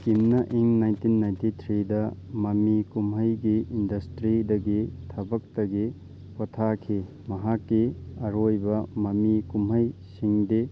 ꯀꯤꯝꯅ ꯏꯪ nineteen ninety ꯊ꯭ꯔꯤꯗ ꯃꯃꯤ ꯀꯨꯝꯍꯩꯒꯤ ꯏꯟꯗꯁꯇ꯭ꯔꯤꯗꯒꯤ ꯊꯕꯛꯇꯒꯤ ꯄꯣꯊꯥꯈꯤ ꯃꯍꯥꯛꯀꯤ ꯑꯔꯣꯏꯕ ꯃꯃꯤ ꯀꯨꯝꯍꯩ ꯁꯤꯡꯗꯤ